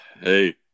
Hey